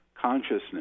consciousness